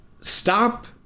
stop